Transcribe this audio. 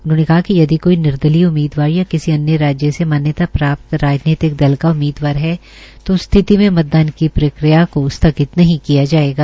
उन्होंने कहा कि यदि कोई निर्दलीय उम्मीदवार या किसी अन्य राज्य से मान्यता प्राप्त राजनीतिक दल का उम्मीदवार है तो उस स्थिति में मतदान की प्रक्रिया को स्थगित नहीं किया जाएगा